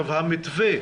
המתווה